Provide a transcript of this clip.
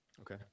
Okay